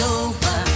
over